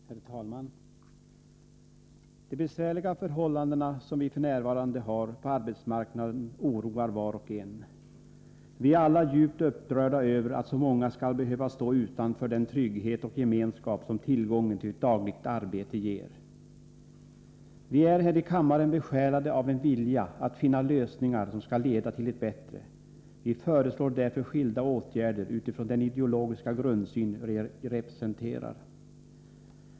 Herr talman! De besvärliga förhållanden som vi f. n. har på arbetsmarknaden oroar var och en. Vi är alla djupt upprörda över att så många skall behöva stå utanför den trygghet och gemenskap som tillgången till ett dagligt arbete ger. Vi är här i kammaren besjälade av en vilja att finna lösningar som skall leda till det bättre. Vi föreslår därför skilda åtgärder utifrån den ideologiska grundsyn vi representerar.